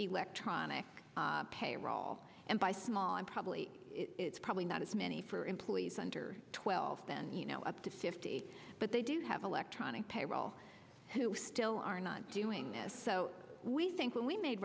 electronic payroll and by small i'm probably it's probably not as many for employees under twelve then you know up to fifty but they do have electronic payroll who still are not doing this so we think when we made